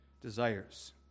desires